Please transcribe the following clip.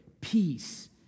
peace